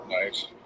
nice